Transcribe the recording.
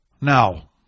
Now